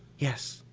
yes.